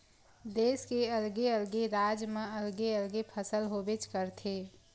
देस के अलगे अलगे राज म अलगे अलगे फसल होबेच करथे